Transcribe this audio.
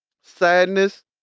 sadness